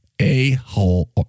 a-hole